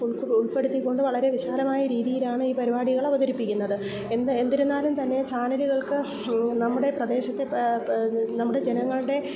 ഉൾപ്പെടുത്തി കൊണ്ട് വളരെ വിശാലമായ രീതിയിലാണ് ഈ പരിപാടികൾ അവതരിപ്പിക്കുന്നത് എന്ത് എന്നിരുന്നാലും തന്നെ ചാനലുകൾക്ക് നമ്മുടെ പ്രദേശത്തെ നമ്മുടെ ജനങ്ങളുടെ